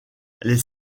les